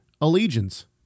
Allegiance